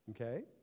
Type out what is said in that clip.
okay